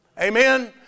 Amen